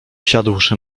siadłszy